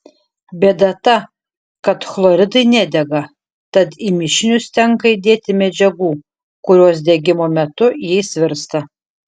bėda ta kad chloridai nedega tad į mišinius tenka įdėti medžiagų kurios degimo metu jais virsta